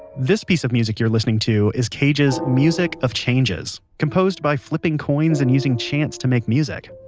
this piece of music you're listening to is cage's music of changes composed by flipping coins and using chance to make music.